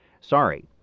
Sorry